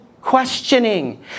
questioning